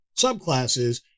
subclasses